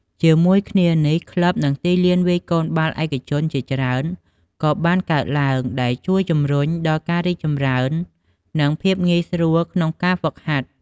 ជាមួយគ្នានេះ ក្លឹប និងទីលានវាយកូនបាល់ឯកជនជាច្រើនក៏បានកកើតឡើង ដែលជួយជំរុញដល់ការរីកចម្រើន និងភាពងាយស្រួលក្នុងការហ្វឹកហាត់។